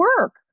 work